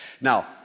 Now